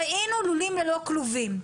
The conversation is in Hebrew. ראינו לולים ללא כלובים,